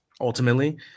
ultimately